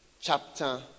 chapter